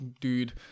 dude